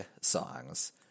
songs